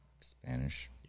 Spanish